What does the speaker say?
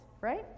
right